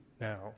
now